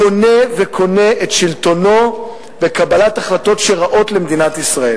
קונה וקונה את שלטונו בקבלת החלטות רעות למדינת ישראל.